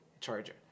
charger